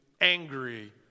angry